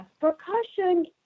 percussion